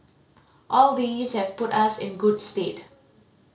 all these have put us in good stead